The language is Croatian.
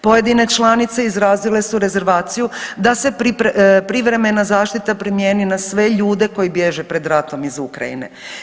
Pojedine članice izrazile su rezervaciju da se privremena zaštita primijeni na sve ljude koji bježe pred ratom iz Ukrajine.